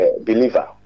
believer